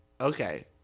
Okay